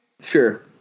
Sure